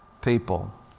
people